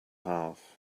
half